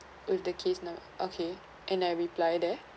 with the case now okay and I reply there